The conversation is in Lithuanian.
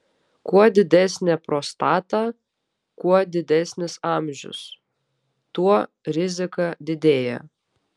kuo didesnė prostata kuo didesnis amžius tuo rizika didėja